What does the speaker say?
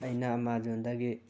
ꯑꯩꯅ ꯑꯃꯥꯖꯣꯟꯗꯒꯤ